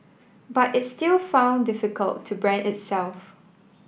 but it still found difficult to brand itself